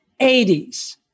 80s